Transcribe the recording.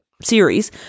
series-